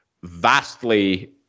vastly